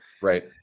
Right